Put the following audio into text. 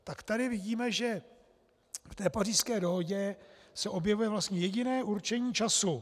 Tak tady vidíme, že v té Pařížské dohodě se objevuje vlastně jediné určení času.